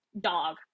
dog